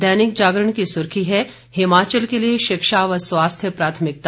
दैनिक जागरण की सुर्खी है हिमाचल के लिए शिक्षा व स्वास्थ्य प्राथमिकता